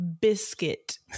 biscuit